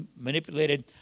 manipulated